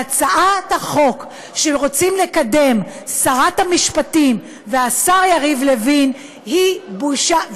והצעת החוק שרוצים לקדם שרת המשפטים והשר יריב לוין היא בושה.